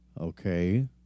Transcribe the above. Okay